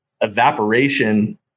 evaporation